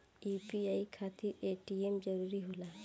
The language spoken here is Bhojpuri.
यू.पी.आई खातिर ए.टी.एम जरूरी होला?